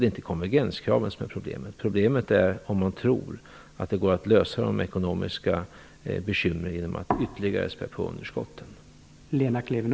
Det är inte konvergenskraven som är problemet. Problemet är om man tror att det går att lösa de ekonomiska bekymren genom att ytterligare spä på underskotten.